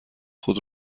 خود